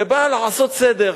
ובא לעשות סדר.